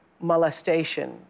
molestation